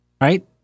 Right